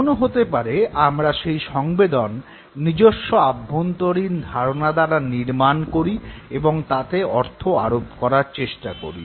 এমনও হতে পারে আমরা সেই সংবেদন নিজস্ব আভ্যন্তরীণ ধারণা দ্বারা নির্মান করি এবং তাতে অর্থ আরোপ করার চেষ্টা করি